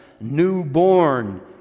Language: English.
newborn